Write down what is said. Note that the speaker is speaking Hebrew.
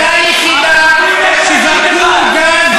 אותה יחידה שקורעת דגלים